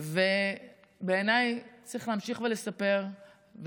ובעיניי צריך להמשיך ולספר,